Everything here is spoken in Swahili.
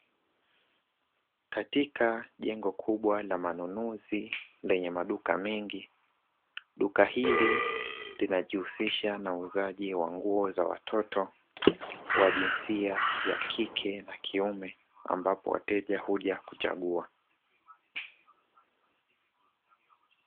Katika jengo kubwa la manunuzi lenye maduka mengi, duka hili linajihusisha na uuzaji wa nguo za watoto wa jinsia ya kike na kiume ambapo wateja huja kuchagua.